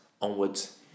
onwards